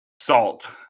Salt